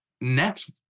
next